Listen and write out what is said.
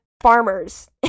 farmers